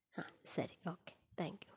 ಹಾ ಸರಿ okay thank you